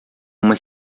uma